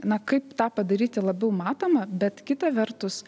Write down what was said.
na kaip tą padaryti labiau matomą bet kita vertus